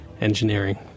engineering